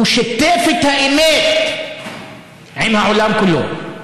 הוא שיתף את האמת עם העולם כולו.